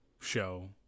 show